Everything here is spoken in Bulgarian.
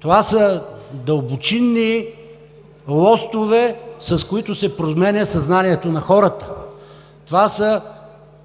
Това са дълбочинни лостове, с които се променя съзнанието на хората. Това са